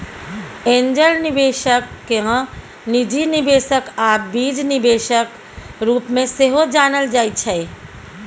angel निबेशक केँ निजी निबेशक आ बीज निबेशक रुप मे सेहो जानल जाइ छै